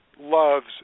loves